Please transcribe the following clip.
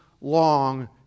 long